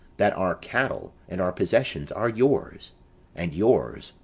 that our cattle, and our possessions, are yours and yours,